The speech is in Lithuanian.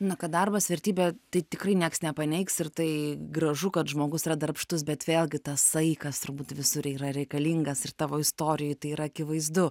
na kad darbas vertybė tai tikrai nieks nepaneigs ir tai gražu kad žmogus yra darbštus bet vėlgi tas saikas turbūt visur yra reikalingas ir tavo istorijoj tai yra akivaizdu